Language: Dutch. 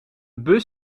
bus